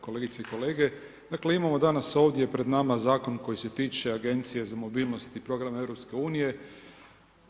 Kolegice i kolege, dakle imamo danas ovdje pred nama zakon koji se tiče Agencije za mobilnost i programe EU-a.